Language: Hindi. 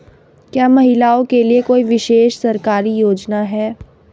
क्या महिलाओं के लिए कोई विशेष सरकारी योजना है?